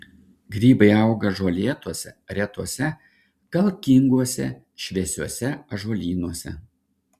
grybai auga žolėtuose retuose kalkinguose šviesiuose ąžuolynuose